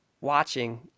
watching